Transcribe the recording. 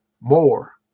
more